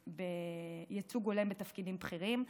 הולם בתפקידים בכירים,